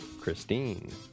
Christine